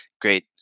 Great